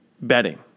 betting